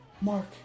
Mark